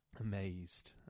amazed